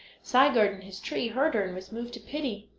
sigurd in his tree heard her and was moved to pity.